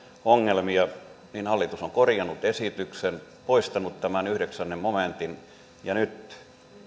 ongelmia hallitus on korjannut esityksen poistanut tämän yhdeksännen momentin ja nyt